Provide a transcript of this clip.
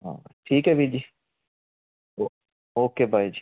ਹਾਂ ਠੀਕ ਹੈ ਵੀਰ ਜੀ ਓ ਓਕੇ ਬਾਏ ਜੀ